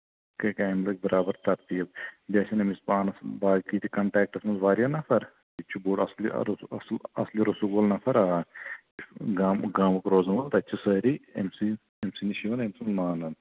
کَرِ کامہِ پٮ۪ٹھ برابر تَبدیٖل بیٚیہِ آسن أمِس پانَس باقی تہِ کَنٹیکٹَس منٛز واریاہ نَفر یہِ تہِ چھُ بوٚڑ اَصٕل اَصلہِ روسوٗق وول نَفر آ گامُک گامُک روزن وول تَتہِ چھِ سٲری أمۍ سٕے أمۍ سٕے نِش یِوان أمۍ سُنٛد مانان